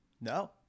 No